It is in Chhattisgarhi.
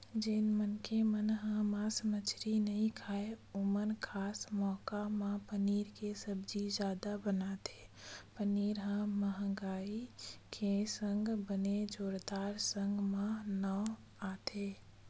जेन मनखे मन ह मांस मछरी नइ खाय ओमन खास मउका म पनीर के सब्जी जादा बनाथे पनीर ह मंहगी के संग बने जोरदार साग म नांव आथे